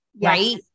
right